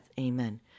Amen